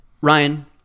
Ryan